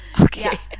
Okay